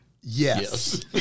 Yes